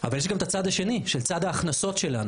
אבל יש גם את הצד שני, של ההכנסות שלנו.